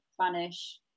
Spanish